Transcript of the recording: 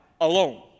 alone